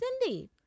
Cindy